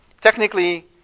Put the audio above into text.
technically